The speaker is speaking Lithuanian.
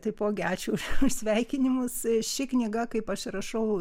taipogi ačiū už sveikinimus ši knyga kaip aš rašau